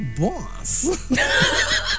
boss